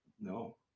no